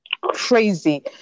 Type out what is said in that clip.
crazy